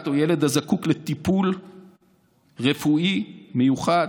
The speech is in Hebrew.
או ילד הזקוק לטיפול רפואי מיוחד,